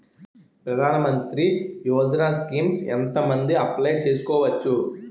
ప్రధాన మంత్రి యోజన స్కీమ్స్ ఎంత మంది అప్లయ్ చేసుకోవచ్చు?